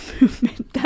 movement